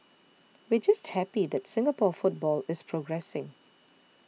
we're just happy that Singapore football is progressing